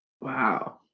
wow